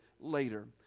later